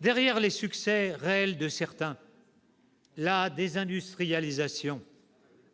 Derrière les succès réels de certains, la désindustrialisation